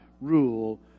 rule